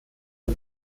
der